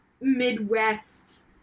Midwest